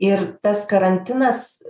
ir tas karantinas